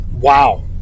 Wow